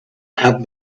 have